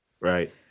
Right